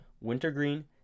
wintergreen